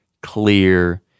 clear